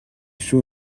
chaud